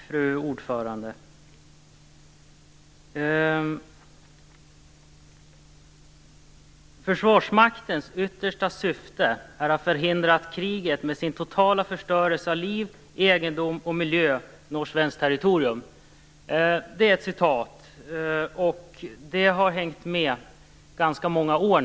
Fru talman! Försvarsmaktens yttersta syfte är att förhindra att kriget med dess totala förstörelse av liv, egendom och miljö når svenskt territorium. Det är ett citat som har hängt med under ganska många år.